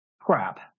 crap